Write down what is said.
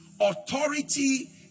Authority